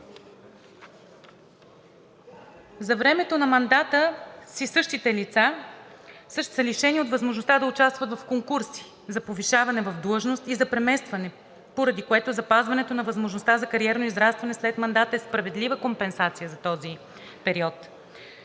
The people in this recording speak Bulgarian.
За времето на мандата същите лица са лишени от възможността да участват в конкурси за повишаване в длъжност и за преместване, поради което запазването на възможността за кариерно израстване след мандата е справедлива компенсация за този период.